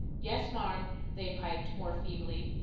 yes, marm, they piped, more feebly.